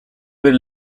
per